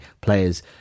players